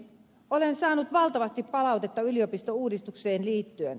olen saanut valtavasti palautetta yliopistouudistukseen liittyen